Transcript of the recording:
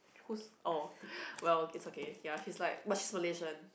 who's oh well it's okay ya she's like but she's Malaysian